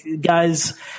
guys –